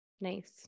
Nice